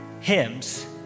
hymns